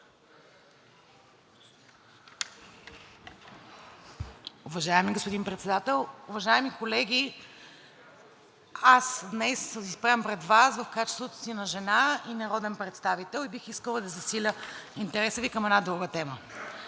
Уважаеми господин Председател, уважаеми колеги! Аз днес се изправям пред Вас в качеството си на жена и народен представител и бих искала да засиля интереса Ви към една друга тема.